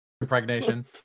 impregnation